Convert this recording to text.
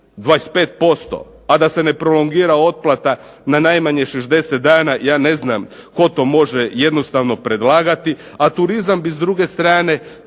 25%, a da se ne prolongira otplata na najmanje 60 dana ja ne znam tko to može jednostavno predlagati. A turizam bi s druge strane